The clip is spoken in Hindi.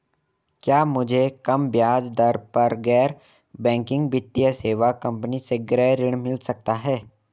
क्या मुझे कम ब्याज दर पर गैर बैंकिंग वित्तीय सेवा कंपनी से गृह ऋण मिल सकता है?